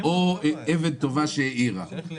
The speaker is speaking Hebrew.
אני חושב שהוא יכול להאיר את עינינו בכמה